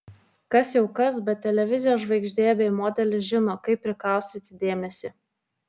kas jau kas bet televizijos žvaigždė bei modelis žino kaip prikaustyti dėmesį